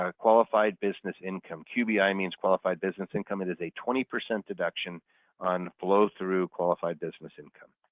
ah qualified business income. qbi means qualified business income. it is a twenty percent deduction on flow through qualified business income.